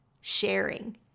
Sharing